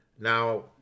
Now